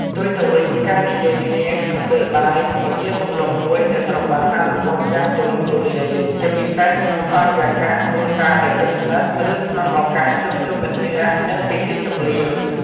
ផ្ទុយទៅវិញ ការនិយាយគ្នាក្នុងពេលបាយ ក៏ជាទម្លាប់មួយដែលត្រូវបានអនុវត្តយ៉ាងទូលំទូលាយ ជាពិសេសក្នុងបរិយាកាសគ្រួសារដែលជិតស្និទ្ធ ឬក្នុងឱកាសជួបជុំមិត្តភក្តិ និងពិធីជប់លៀង។